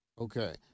Okay